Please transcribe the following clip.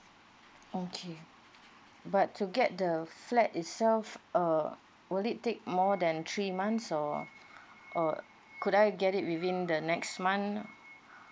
okay but to get the flat itself uh would it take more than three months or uh could I get it within the next month